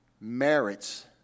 merits